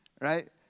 Right